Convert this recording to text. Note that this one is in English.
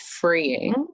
freeing